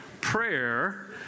prayer